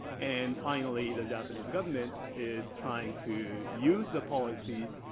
and finally, the japanese government is trying to use the policies,